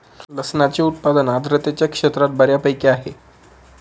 लसणाचे उत्पादन आर्द्रतेच्या क्षेत्रात बऱ्यापैकी आहे